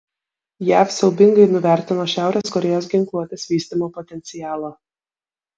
jav siaubingai nuvertino šiaurės korėjos ginkluotės vystymo potencialą